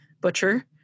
Butcher